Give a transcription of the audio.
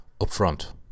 upfront